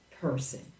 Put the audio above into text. person